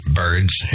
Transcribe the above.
birds